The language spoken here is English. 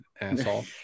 asshole